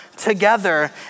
Together